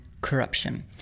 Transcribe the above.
corruption